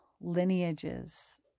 lineages